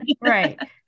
Right